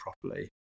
properly